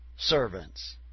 Servants